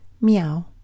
meow